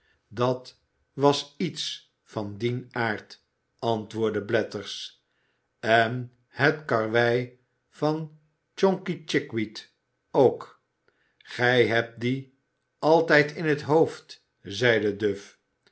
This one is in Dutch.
dat was iets van dien aard antwoordde blathers en het karwei van conkey chickweed ook gij hebt dien altijd in t hoofd zeide duff